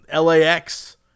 LAX